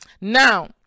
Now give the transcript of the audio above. Now